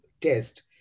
test